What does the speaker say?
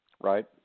right